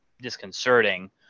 disconcerting